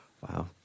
Wow